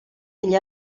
degli